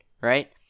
right